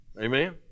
Amen